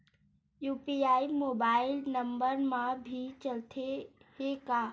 UPI mobile number मा भी चलते हे का?